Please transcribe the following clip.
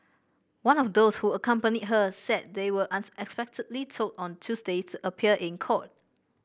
one of those who accompanied her said they were unexpectedly told on Tuesday to appear in court